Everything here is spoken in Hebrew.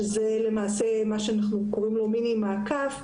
שזה מה שאנחנו קוראים לו מיני מעקף,